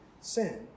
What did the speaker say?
sin